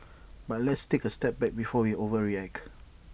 but let's take A step back before we overreact